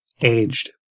aged